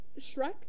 Shrek